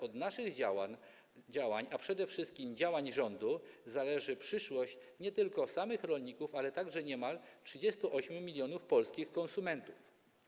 Od naszych działań, a przede wszystkim działań rządu zależy przyszłość nie tylko samych rolników, ale także niemal 38 mln polskich konsumentów.